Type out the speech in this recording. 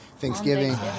Thanksgiving